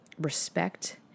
respect